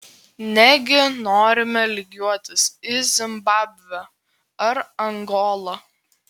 negi norime lygiuotis į zimbabvę ar angolą